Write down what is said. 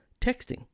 texting